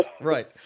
Right